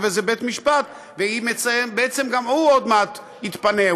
איזה בית-משפט ובעצם גם הוא עוד מעט יתפנה,